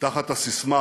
תחת הסיסמה